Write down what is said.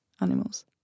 animals